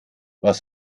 was